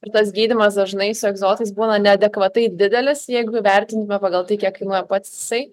ir tas gydymas dažnai su egzotais būna neadekvatai didelis jeigu įvertintume pagal tai kiek kainuoja pats jisai